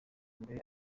mbere